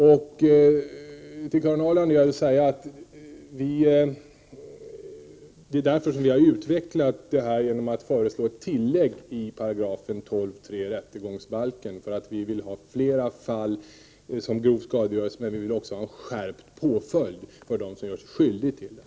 Vi har därför föreslagit ett nytt rekvisit i 12 kap. 3 § rättegångsbalken, som innebär att fler fall av klotter kan klassas som grov skadegörelse.